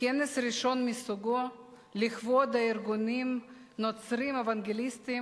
כנס ראשון מסוגו לכבוד הארגונים הנוצריים-אוונגליסטיים,